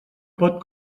pot